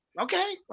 Okay